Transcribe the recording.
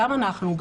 גם אנחנו,